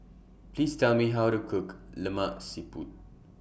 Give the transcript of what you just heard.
Please Tell Me How to Cook Lemak Siput